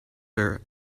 her